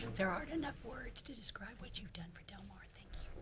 there aren't enough words to describe what you've done for del mar, thank you.